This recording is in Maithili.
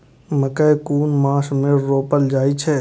मकेय कुन मास में रोपल जाय छै?